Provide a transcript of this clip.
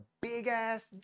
big-ass